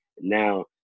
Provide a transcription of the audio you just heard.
now